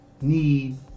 need